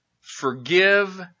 forgive